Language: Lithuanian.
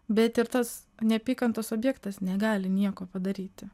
bet ir tas neapykantos objektas negali nieko padaryti